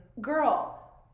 girl